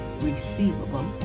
receivable